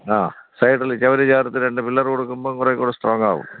ആ സൈഡിൽ ചുമര് ചേർത്ത് രണ്ട് പില്ലർ കൊടുക്കുമ്പം കുറേക്കൂടെ സ്ട്രോങ് ആവും